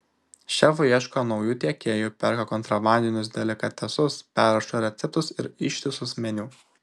šefai ieško naujų tiekėjų perka kontrabandinius delikatesus perrašo receptus ir ištisus meniu